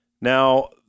Now